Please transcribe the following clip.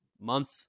month